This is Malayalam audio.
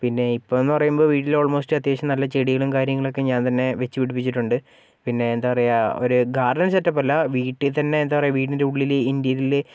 പിന്നെ ഇപ്പോഴെന്ന് പറയുമ്പോൾ വീട്ടിൽ ഓൾ മോസ്റ്റ് അത്യാവശ്യം നല്ല ചെടികളും കാര്യങ്ങളും ഒക്കെ ഞാൻ തന്നെ വെച്ചു പിടിപ്പിച്ചിട്ടുണ്ട് പിന്നെ എന്താ പറയുക ഒരു ഗാർഡൻ സെറ്റ് അപ്പ് അല്ല വീട്ടിൽ തന്നെ എന്താ പറയുക വീടിൻ്റെ ഉള്ളിൽ ഇൻ്റീരിയർ ഞാൻ